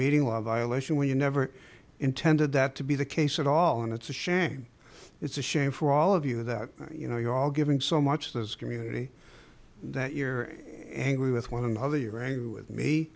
meeting law violation where you never intended that to be the case at all and it's a shame it's a shame for all of you that you know you all giving so much as a community that you're angry with one another you're angry with me